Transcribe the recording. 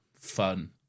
Fun